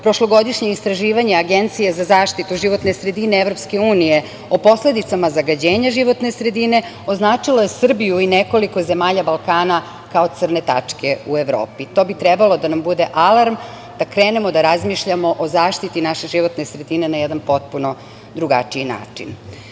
prošlogodišnje istraživanje Agencije za zaštitu životne sredine EU o posledicama zagađenja životne sredine označilo je Srbiju i nekoliko zemalja Balkana kao crne tačke u Evropi. To bi trebalo da nam bude alarm da krenemo da razmišljamo o zaštiti naše životne sredine na jedan potpuno drugačiji način. Jedan